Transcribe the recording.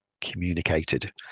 communicated